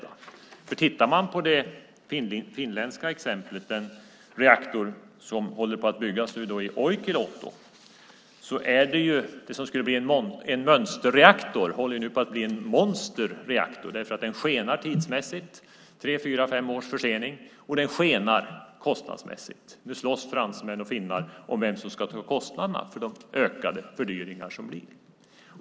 Om vi tittar på det finländska exemplet, den reaktor som byggs i Olkiluoto, ser vi att det som skulle bli en mönsterreaktor nu håller på att bli en monsterreaktor. Den skenar tidsmässigt - det är en försening på tre fyra fem år - och den skenar kostnadsmässigt. Nu slåss fransmän och finnar om vem som ska stå för kostnaderna för de fördyringar som blir.